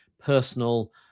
personal